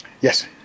yes